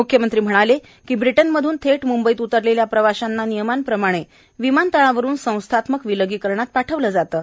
मुख्यमंत्री म्हणाले ब्रिटनमध्न थेट मुंबईत उतरलेल्या प्रवाशांना नियमाप्रमाणे विमानतळावरून संस्थात्मक विलगीकरणात पाठवलं जातं